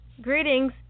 Greetings